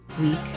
week